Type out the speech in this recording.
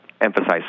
emphasize